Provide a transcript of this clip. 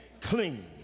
clean